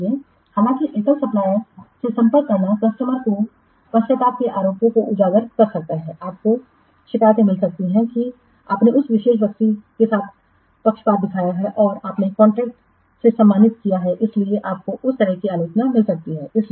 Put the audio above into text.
इसलिए हालाँकि एकल सप्लायरसे संपर्क करना कस्टमर को पक्षपात के आरोपों को उजागर कर सकता है आपको शिकायतें मिल सकती हैं कि आपने उस विशेष व्यक्ति को पक्षपात दिखाया है और आपने कॉन्ट्रैक्ट से सम्मानित किया है इसलिए आपको उस तरह की आलोचना मिल सकती है